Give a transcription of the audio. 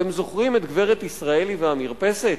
אתם זוכרים את גברת ישראלי והמרפסת?